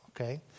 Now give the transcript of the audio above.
Okay